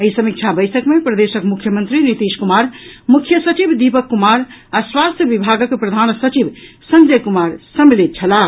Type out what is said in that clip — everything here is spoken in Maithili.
एहि समीक्षा बैसक मे प्रदेशक मुख्यमंत्री नीतीश कुमार मुख्य सचिव दीपक कुमार आ स्वास्थ्य विभागक प्रधान सचिव संजय कुमार सम्मिलित छलाह